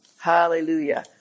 Hallelujah